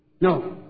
No